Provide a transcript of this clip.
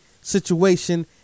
situation